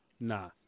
nah